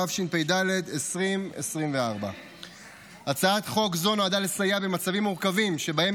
התשפ"ד 2024. הצעת חוק זו נועדה לסייע במצבים מורכבים שבהם